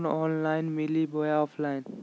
Loan online मिली बोया offline?